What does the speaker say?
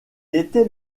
était